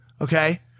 Okay